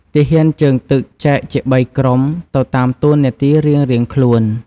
ទាហានជើងទឹក ចែកជា៣ក្រុមទៅតាមតូនាទីរៀងៗខ្លួន។